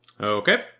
okay